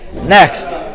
next